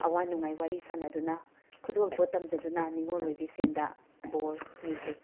ꯑꯋꯥ ꯅꯨꯡꯉꯥꯏ ꯋꯥꯔꯤ ꯁꯥꯟꯅꯗꯨꯅ ꯈꯨꯗꯣꯜꯄꯣꯠ ꯇꯝꯖꯗꯨꯅ ꯅꯤꯡꯉꯣꯜ ꯑꯣꯏꯕꯤꯁꯤꯡꯗ ꯕꯣꯔ ꯅꯤꯖꯩ